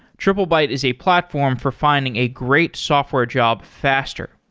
triplebyte is a platform for finding a great software job faster.